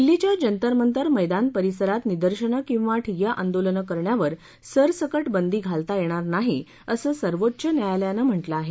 दिल्लीच्या जंतरमंतर मैदान परिसरात निदर्शनं किंवा ठिय्या आंदोलनं करण्यावर सरसकक बंदी घालता येणार नाही असं सर्वोच्च न्यायालयाने म्हाझे आहे